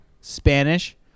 Spanish